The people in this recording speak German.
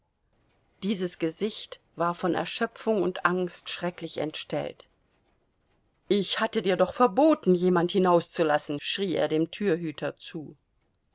dieses gesicht war von erschöpfung und angst schrecklich entstellt ich hatte dir doch verboten jemand hinaus zu lassen schrie er dem türhüter zu